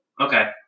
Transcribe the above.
Okay